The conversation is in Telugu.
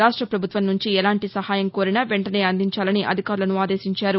రాష్ట పభుత్వం నుంచి ఎలాంటి సహాయం కోరినా వెంటనే అందించాలని అధికారులను ఆదేశించారు